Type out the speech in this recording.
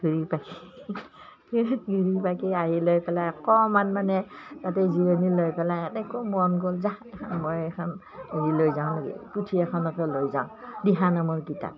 ঘূৰি পকি ঘূৰি পকি আহি লৈ পেলাই অকণমান মানে তাতে জিৰণি লৈ পেলাই আকৌ মন গ'ল যা মই এখন হেৰি লৈ যাওঁ পুথি এখনকে লৈ যাওঁ দিহানামৰ কিতাপ